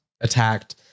attacked